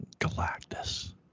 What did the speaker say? Galactus